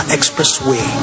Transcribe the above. Expressway